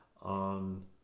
on